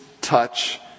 touch